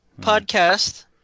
podcast